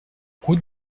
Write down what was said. route